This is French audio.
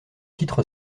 titre